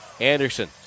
Anderson